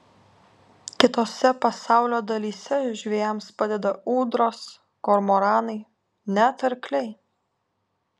kitose pasaulio dalyse žvejams padeda ūdros kormoranai net arkliai